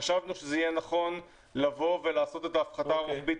חשבנו שזה יהיה נכון לעשות את ההפחתה הרוחבית